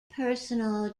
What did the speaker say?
personal